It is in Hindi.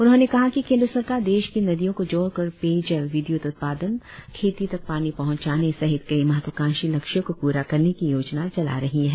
उन्होंने कहा कि केंद्र सरकार देश की नदियों को जोड़कर पेयजल विद्युत उत्पादन खेतों तक पानी पहंचाने सहित कई महत्वकांक्षी लक्ष्यों को पूरा करने की योजना चला रही है